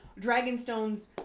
Dragonstone's